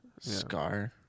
Scar